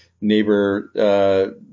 neighbor